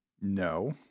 No